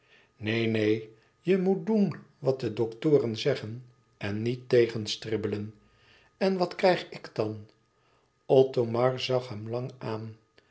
neen neen je moet doen wat de doktoren zeggen en niet tegenstribbelen en wat krijg ik dan de